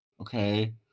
okay